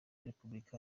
repubulika